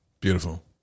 Beautiful